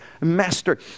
master